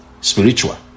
spiritual